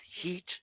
heat